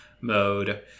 mode